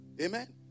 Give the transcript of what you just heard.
Amen